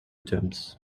terms